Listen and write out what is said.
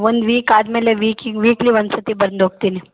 ಒಂದು ವೀಕ್ ಆದಮೇಲೆ ವೀಕಿಗೆ ವೀಕ್ಲಿ ಒಂದು ಸರ್ತಿ ಬಂದು ಹೋಗ್ತೀನಿ